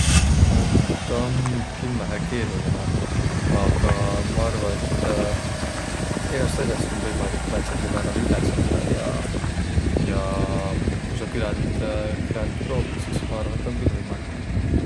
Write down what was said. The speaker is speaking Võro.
Et tuu om kimmähe keerolinõ, aga maq arva, et egäst as'ast om võimalik määntselgi määräl üle saiaq. Ja ja ku saq küländ küländ proovit, sis maq arva, et om küll võimalik.